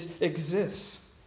exists